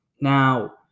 Now